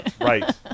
right